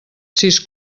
sis